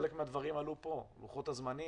חלק מהדברים עלו פה לוחות הזמנים,